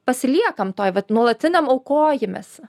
pasiliekam toj vat nuolatiniam aukojimesi